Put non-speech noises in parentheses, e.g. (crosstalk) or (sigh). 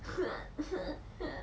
(noise)